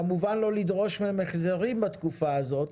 כמובן לא לדרוש מהם החזרים בתקופה הזאת,